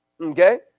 okay